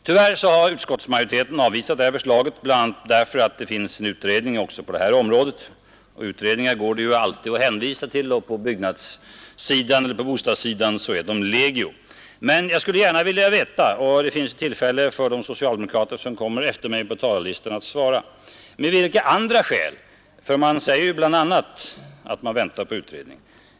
Tyvärr har utskottsmajoriteten avvisat det här förslaget, bl.a. därför Nr 60 att det finns en utredning även på detta område. Utredningar går det ju Onsdagen den alltid att hänvisa till, och på bostadssidan är de legio. Men jag skulle gärna 19 april 1972 vilja ställa en fråga, och det finns tillfälie för de socialdemokrater som kommer efter mig på talarlistan att svara. Man säger bl.a. att man väntar på utredning.